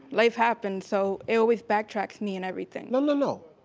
life happens, so, it always backtracks me and everything. no, no, no.